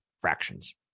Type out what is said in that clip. fractions